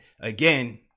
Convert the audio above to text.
again